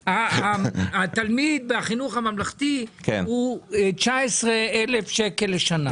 התלמיד בחינוך הממלכתי הוא 19,000 שקל לשנה.